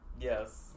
Yes